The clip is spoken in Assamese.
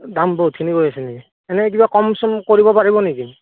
দাম বহুতখিনি কৈছে নেকি এনেই কিবা কম চম কৰিব পাৰিব নেকি